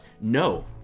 no